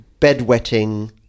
bedwetting